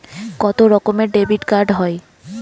কত রকমের ডেবিটকার্ড হয়?